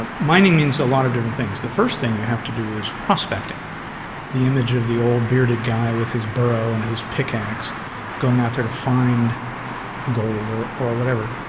um mining means a lot of different things. the first thing you have to do is prospecting the image of the old bearded guy with his burro and his pickaxe going out there to find gold or or whatever.